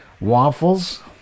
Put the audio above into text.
waffles